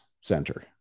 center